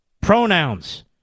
Pronouns